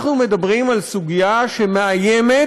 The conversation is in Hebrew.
אנחנו מדברים על סוגיה שמאיימת